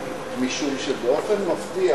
משום שבאופן מפתיע,